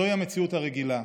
זוהי המציאות הרגילה.